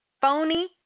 phony